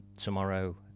Tomorrow